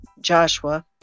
Joshua